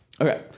Okay